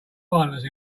violence